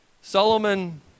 Solomon